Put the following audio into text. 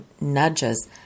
nudges